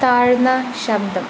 താഴ്ന്ന ശബ്ദം